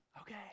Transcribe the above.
okay